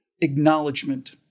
acknowledgement